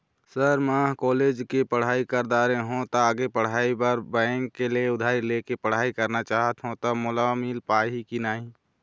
Sir म ह college के पढ़ाई कर दारें हों ता आगे के पढ़ाई बर बैंक ले उधारी ले के पढ़ाई करना चाहत हों ता मोला मील पाही की नहीं?